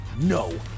No